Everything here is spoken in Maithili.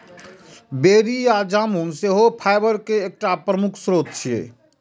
बेरी या जामुन सेहो फाइबर के एकटा प्रमुख स्रोत छियै